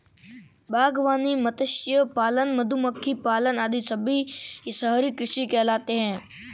बागवानी, मत्स्य पालन, मधुमक्खी पालन आदि सभी शहरी कृषि कहलाते हैं